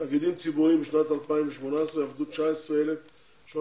בתאגידים ציבוריים בשנת 2018 עבדו 19,302,